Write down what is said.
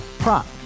Prop